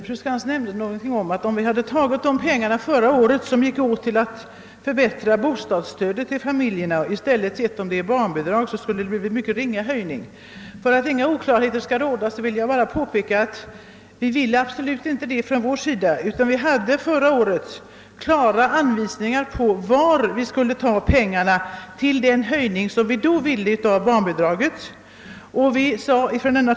Herr talman! Fru Skantz nämnde att om vi förra året hade tagit de pengar som gick åt till att förbättra bostadsstödet till barnfamiljerna och i stället hade givit dessa pengar i barnbidrag skulle höjningen av barnbidragen blivit mycket liten. För att inga oklarheter skall råda vill jag påpeka att det inte var ett sådant resultat som vi från vår sida ville uppnå. Vi redovisade förra året klart var pengarna kunde tas till den höjning av barnbidragen som vi då ville genomföra.